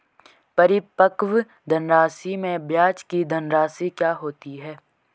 परिपक्व धनराशि में ब्याज की धनराशि क्या होती है?